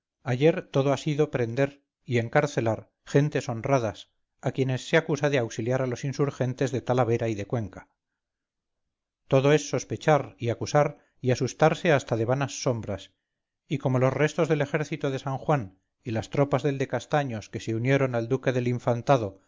ayer todo ha sido prender y encarcelar gentes honradas a quienes se acusa de auxiliar a los insurgentes de talavera y de cuenca todo es sospechar y acusar y asustarse hasta de vanas sombras y como los restos del ejército de san juan y las tropas del de castaños que se unieron al duque del infantado